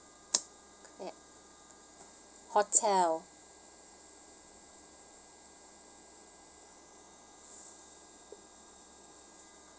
clap hotel